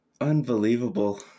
unbelievable